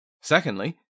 Secondly